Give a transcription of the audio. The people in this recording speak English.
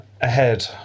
ahead